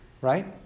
right